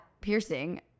piercing